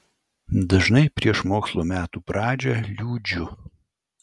dažnai prieš mokslo metų pradžią liūdžiu